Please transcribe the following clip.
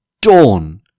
Dawn